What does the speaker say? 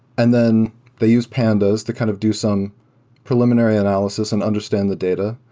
and then they use pandas to kind of do some preliminary analysis and understand the data.